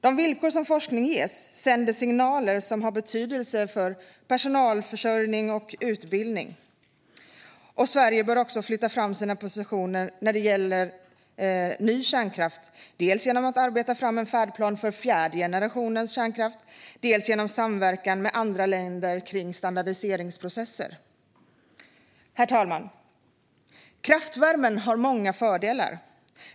De villkor som forskning ges sänder signaler som har betydelse för personalförsörjning och utbildning. Sverige bör också flytta fram sina positioner när det gäller ny kärnkraft, dels genom att arbeta fram en färdplan för fjärde generationens kärnkraft, dels genom samverkan med andra länder kring standardiseringsprocesser. Herr talman! Kraftvärmen har många fördelar.